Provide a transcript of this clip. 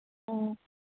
ꯑꯥ